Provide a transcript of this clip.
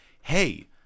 hey